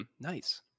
nice